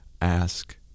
ask